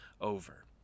over